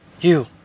You